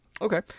Okay